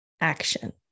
action